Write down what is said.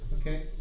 Okay